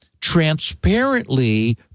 transparently